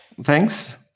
Thanks